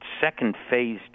second-phase